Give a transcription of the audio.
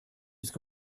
ska